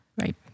Right